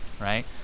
right